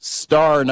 star